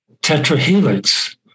tetrahelix